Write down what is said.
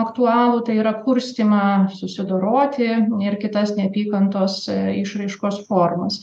aktualų tai yra kurstymą susidoroti ir kitas neapykantos išraiškos formas